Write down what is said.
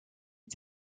est